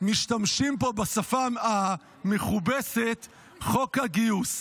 משתמשים פה בשפה המכובסת בשם "חוק הגיוס".